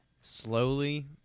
slowly